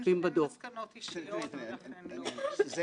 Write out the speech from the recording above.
מכיוון שלוח הזמנים סגר עלינו ואדוני,